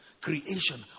Creation